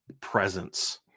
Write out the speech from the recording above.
presence